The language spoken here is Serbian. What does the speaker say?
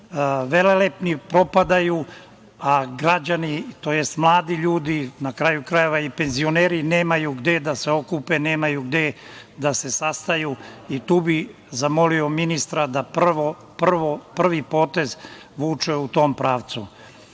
velelepni propadaju, a građani, odnosno mladi ljudi, na kraju krajeva i penzioneri nemaju gde da se okupe, nemaju gde da se sastaju. Tu bih zamolio ministra da prvi potez vuče u tom pravcu. Na